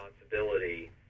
responsibility